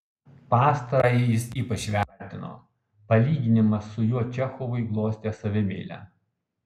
pastarąjį jis ypač vertino palyginimas su juo čechovui glostė savimeilę